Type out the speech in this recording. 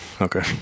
okay